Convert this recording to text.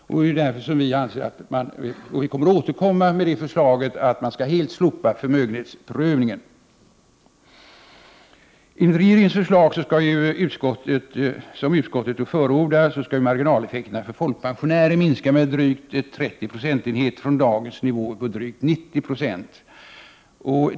Vi tänker därför återkomma med förslaget att man helt skall slopa förmögenhetsprövningen. Enligt regeringens förslag, som utskottet förordar, skall marginaleffekterna för folkpensionärer minskas med drygt 30 procentenheter från dagens nivå på drygt 90 96.